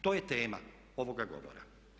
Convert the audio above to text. To je tema ovoga govora.